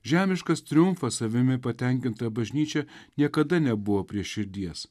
žemiškas triumfas savimi patenkinta bažnyčia niekada nebuvo prie širdies